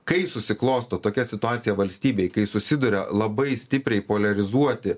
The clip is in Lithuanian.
kai susiklosto tokia situacija valstybėj kai susiduria labai stipriai poliarizuoti